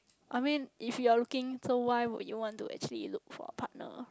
I mean if you're looking so why would you want to actually look for a partner